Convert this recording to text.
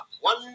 one